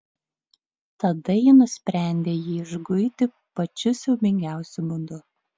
tada ji nusprendė jį išguiti pačiu siaubingiausiu būdu